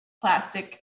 plastic